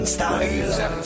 Style